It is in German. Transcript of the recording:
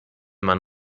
man